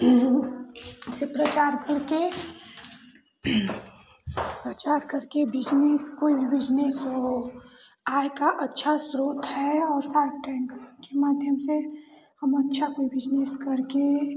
से प्रचार करके प्रचार करके बिज़नेस कोई भी बिज़नेस हो आय का अच्छा स्रोत है और शार्क टैन्क के माध्यम से हम अच्छा कोई बिज़नेस करके